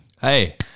hey